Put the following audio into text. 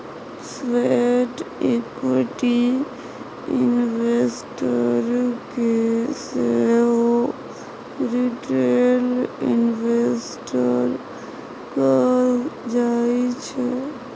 sweat equity investor केँ सेहो retail investor कहल जाइ छै